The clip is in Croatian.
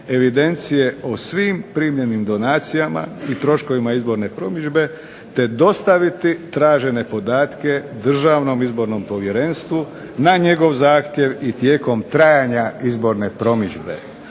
evidencije o svim primljenim donacijama i troškovima izborne promidžbe, te dostaviti tražene podatke Državnom izbornom povjerenstvu na njegov zahtjev i tijekom trajanja izborne promidžbe.